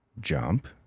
jump